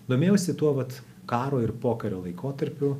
domėjausi tuo vat karo ir pokario laikotarpiu